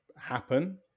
happen